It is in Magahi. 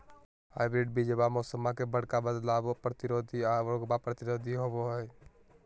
हाइब्रिड बीजावा मौसम्मा मे बडका बदलाबो के प्रतिरोधी आ रोगबो प्रतिरोधी होबो हई